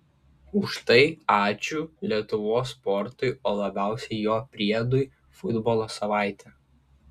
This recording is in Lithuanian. už tai ačiū lietuvos sportui o labiausiai jo priedui futbolo savaitė